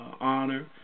honor